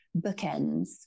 bookends